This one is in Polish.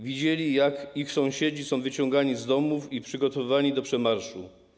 Widzieli, jak ich sąsiedzi są wyciągani z domów i przygotowywani do przemarszu.